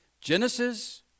Genesis